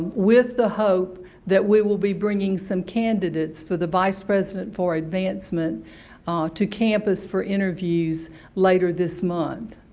with the hope that we will be bringing some candidates for the vice president for advancement ah to campus for interviews later this month.